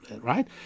right